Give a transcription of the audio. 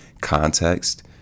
context